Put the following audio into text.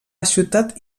ciutat